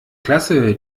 klasse